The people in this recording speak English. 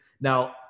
now